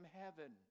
heaven